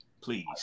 Please